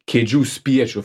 kėdžių spiečių